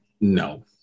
No